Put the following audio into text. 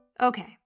Okay